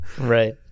Right